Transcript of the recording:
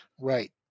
right